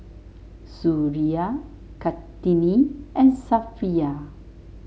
Suria Kartini and Safiya